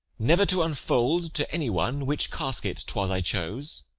never to unfold to any one which casket twas i chose